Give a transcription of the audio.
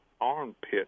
armpit